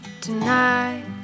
Tonight